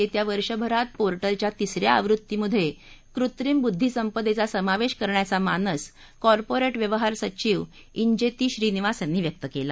येत्या वर्षभरात पोर्टलच्या तिसऱ्या आवृत्तीमध्ये कृत्रिम बुद्धीसंपदेचा समावेश करण्याचा मानस कॉर्पोरेट व्यवहार सचिव उंजेती श्रीनिवास यांनी व्यक्त केला